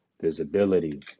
visibility